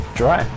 dry